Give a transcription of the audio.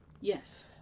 Yes